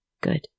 Good